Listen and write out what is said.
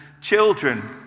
children